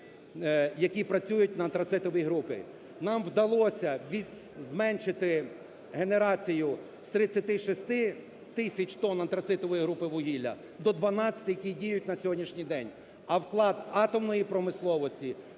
які працюють на антрацитовій групі. Нам вдалося зменшити генерацію з 36 тисяч тонн антрацитової групи вугілля до 12, які діють на сьогоднішній день. А вклад атомної промисловості